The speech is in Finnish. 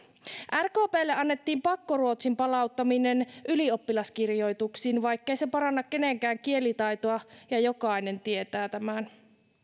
rkplle annettiin pakkoruotsin palauttaminen ylioppilaskirjoituksiin vaikkei se paranna kenenkään kielitaitoa ja jokainen tietää tämän